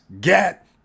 get